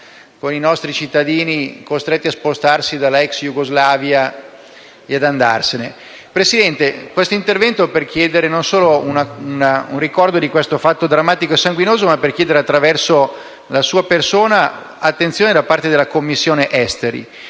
Presidente, questo intervento è volto a richiedere non solo un ricordo di questo fatto drammatico e sanguinoso, ma anche, attraverso la sua persona, un'attenzione da parte della Commissione esteri.